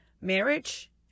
marriage